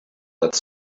its